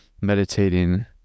meditating